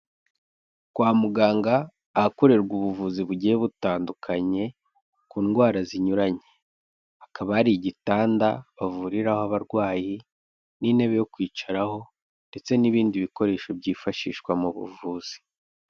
Kwa muganga ahakorerwa ubuvuzi bugiye butandukanye ku ndwara zinyuranye, hakaba hari igitanda bavuriraho abarwayi n'intebe yo kwicaraho, ndetse n'ibindi bikoresho byifashishwa mu buvuzi.